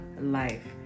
Life